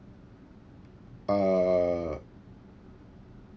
err